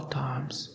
times